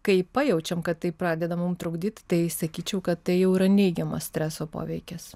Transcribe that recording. kai pajaučiam kad tai pradeda mum trukdyt tai sakyčiau kad tai jau yra neigiamas streso poveikis